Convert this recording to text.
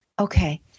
Okay